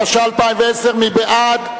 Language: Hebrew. התש"ע 2010. מי בעד?